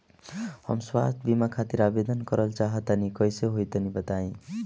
हम स्वास्थ बीमा खातिर आवेदन करल चाह तानि कइसे होई तनि बताईं?